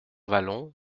vallon